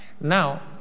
Now